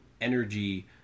energy